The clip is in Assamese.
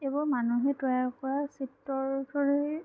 এইবোৰ মানুহে তৈয়াৰ কৰা চিত্ৰৰ দৰেই